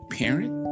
parent